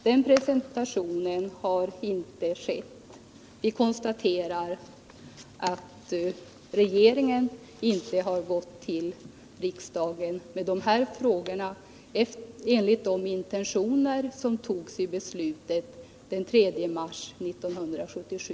Den presentationen har inte skett. Vi konstaterar att regeringen inte har gått till riksdagen med dessa frågor enligt intentionerna i beslutet den 3 mars 1977.